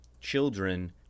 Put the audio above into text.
children